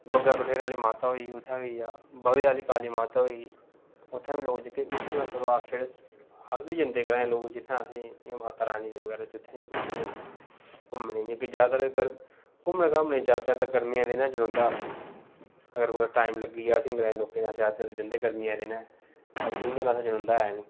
बग्गै कठेर आहली माता होई गेई उत्थै होई गेआ बाह्वे आह्ली काली माता होई गेई उत्थै बी लोक जेह्के उत्थै ते चलो अस जेह्ड़े अस बी जंदे ग्राईं लोग जित्थै असेंगी इयां माता रानी दे बगैरा जुत्थै बी कुछ होवे घूमने गी इयां अगर ज्यादातर घूमने घामने गी ज्यादातर ते गर्मियें दे दिनें जनोंदा अगर कुतै टाइम लग्गी जा असें ग्राईं लोकें गी अस ज्यादातर जंदे गर्मियें दे दिनें बाकी इयां ते असें जनोंदा ऐ नी